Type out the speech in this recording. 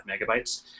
megabytes